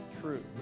truth